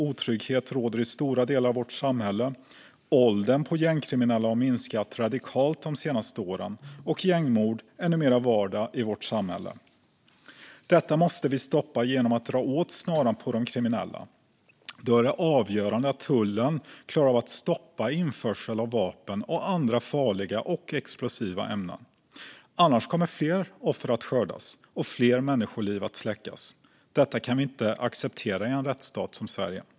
Otrygghet råder i stora delar av vårt samhälle. Åldern på gängkriminella har minskat radikalt de senaste åren, och gängmord är numera vardag i vårt samhälle. Detta måste vi stoppa genom att dra åt snaran om de kriminella. Då är det avgörande att tullen klarar av att stoppa införsel av vapen och andra farliga och explosiva ämnen. Annars kommer fler offer att skördas och fler människoliv att släckas. Detta kan vi inte acceptera i en rättsstat som Sverige.